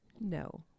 No